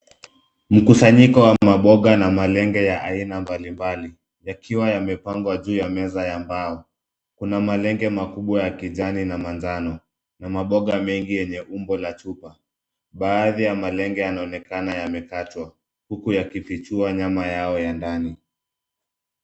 Mkusanyiko wa maboga na malenge ya aina mbalimbali, yakiwa yamepangwa juu ya meza ya mbao. Kuna malenge makubwa ya kijani na manjano, na maboga mengi yenye umbo la chupa. Baadhi ya malenge yanaonekana yamekatwa huku yakifichua nyama yao ya ndani.